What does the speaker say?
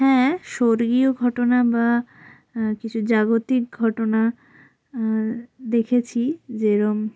হ্যাঁ স্বর্গীয় ঘটনা বা কিছু জাগতিক ঘটনা দেখেছি যেরম